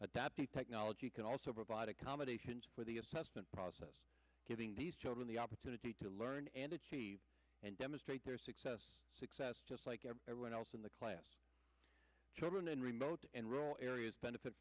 the technology can also provide accommodations for the assessment process giving these children the opportunity to learn and achieve and demonstrate their success success just like everyone else in the class children in remote and rural areas benefit